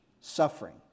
suffering